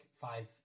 five